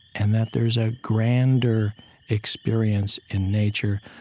and that there is a grander experience in nature.